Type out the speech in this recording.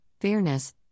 fairness